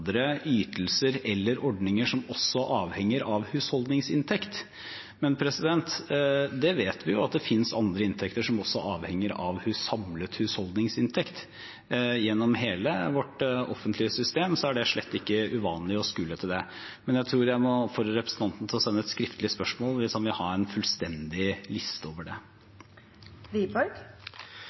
ytelser eller ordninger som også avhenger av husholdningsinntekt. Men vi vet at det fins andre inntekter som også avhenger av samlet husholdningsinntekt. Gjennom hele vårt offentlige system er det slett ikke uvanlig å skue til det. Men jeg tror jeg må oppfordre representanten til å sende et skriftlig spørsmål hvis han vil ha en fullstendig liste over det.